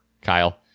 Kyle